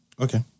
Okay